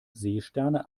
seesterne